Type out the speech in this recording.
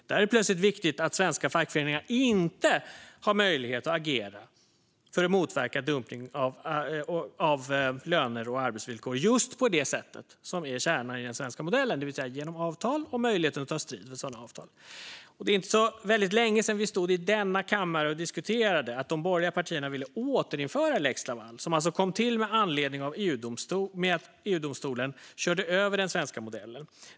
Där är det plötsligt viktigt att svenska fackföreningar inte har möjlighet att agera för att motverka dumpning av löner och arbetsvillkor just på det sätt som är kärnan i den svenska modellen, det vill säga genom avtal och möjligheten att ta strid för sådana avtal. Det är inte så länge sedan vi stod i denna kammare och diskuterade att de borgerliga partierna ville återinföra lex Laval, som alltså kom till med anledning av att EU-domstolen körde över den svenska modellen.